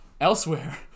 Elsewhere